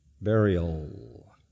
burial